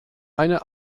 eine